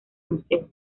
museo